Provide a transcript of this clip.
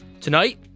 Tonight